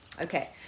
Okay